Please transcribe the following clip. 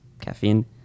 caffeine